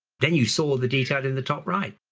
then you saw the detail in the top right.